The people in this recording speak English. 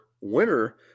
winner